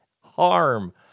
Harm